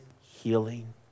healing